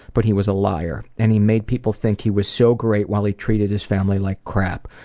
but he was a liar. and he made people think he was so great while he treated his family like crap.